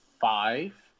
five